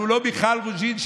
אנחנו לא מיכל רוזין,